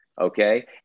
Okay